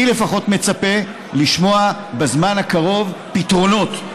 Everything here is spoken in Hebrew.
אני לפחות מצפה לשמוע בזמן הקרוב פתרונות,